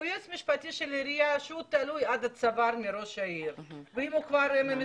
יועץ משפטי של עירייה שהוא תלוי עד הצוואר בראש העיר ואם הם מסתכסכים,